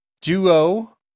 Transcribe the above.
duo